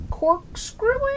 Corkscrewing